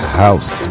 house